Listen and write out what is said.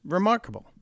remarkable